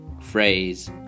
phrase